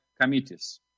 committees